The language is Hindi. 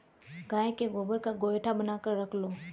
गाय के गोबर का गोएठा बनाकर रख लो